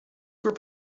were